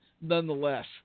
nonetheless